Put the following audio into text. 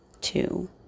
two